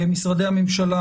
משרדי הממשלה,